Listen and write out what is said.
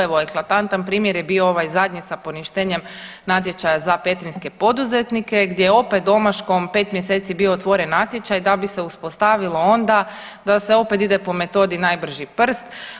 Evo eklatantan primjer je bio ovaj zadnji sa poništenjem natječaja za petrinjske poduzetnike gdje je opet omaškom 5 mjeseci bio otvoren natječaj da bi se uspostavilo onda da se opet ide po metodi najbrži prst.